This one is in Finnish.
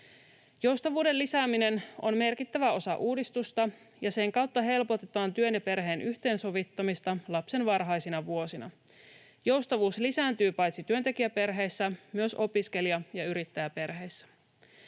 Joustavuuden lisääminen on merkittävä osa uudistusta, ja sen kautta helpotetaan työn ja perheen yhteensovittamista lapsen varhaisina vuosina. Joustavuus lisääntyy paitsi työntekijäperheissä myös opiskelija- ja yrittäjäperheissä.